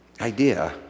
idea